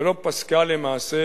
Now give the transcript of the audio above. ולא פסקה למעשה,